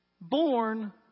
Born